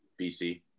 BC